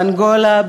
באנגולה,